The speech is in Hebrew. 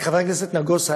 רק חבר הכנסת נגוסה,